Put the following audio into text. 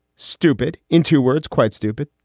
stupid into words, quite stupid.